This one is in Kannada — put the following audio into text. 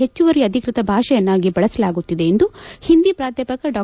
ಹೆಚ್ಚುವಲಿ ಅಭಿಕೃತ ಭಾಷೆಯನ್ನಾಗಿ ಬಳಸಲಾಗುತ್ತಿದೆ ಎಂದು ಹಿಂದಿ ಪ್ರಾಧ್ಯಾಪಕ ಡಾ